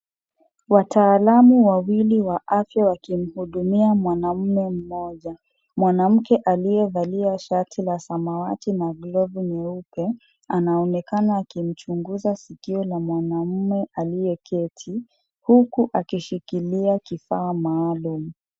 Wataalamu wawili wa afya wakimhudumia mwanamume mmoja. Mwanamke aliyevaliwa shati la samawati na glovu nyeupa. Anaonekana akimchunguza sikio la mwanaume aliyeketi. Huku akishikilia kifaa maalum.